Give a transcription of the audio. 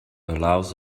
allows